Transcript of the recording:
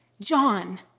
John